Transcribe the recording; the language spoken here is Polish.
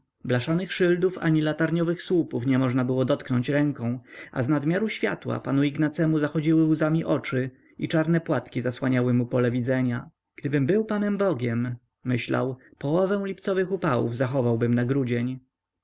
blaszanych szyldów ani latarniowych słupów nie można było dotknąć ręką a z nadmiaru światła panu ignacemu zachodziły łzami oczy i czarne płatki zasłaniały mu pole widzenia gdybym był panem bogiem myślał połowę lipcowych upałów zachowałbym